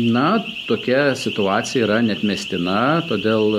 na tokia situacija yra neatmestina todėl